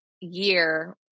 year